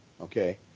okay